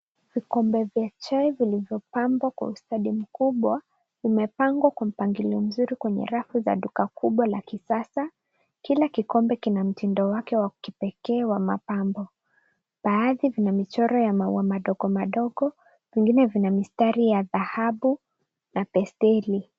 Vikombe vya chai vilivyopambwa kwa ustadi mkubwa vimepangwa kwa mpangilio mzuri kwenye rafu za duka kubwa la kisasa. Kila kikombe kina mtindo wake wa kipekee wa mapambo. Baadhi vina michoro ya maua madogo madogo, vingine vina mistari ya dhahabu na pestiri.